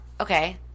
okay